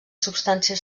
substància